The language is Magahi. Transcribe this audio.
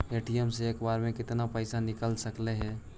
ए.टी.एम से एक बार मे केत्ना पैसा निकल सकली हे?